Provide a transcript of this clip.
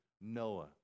Noah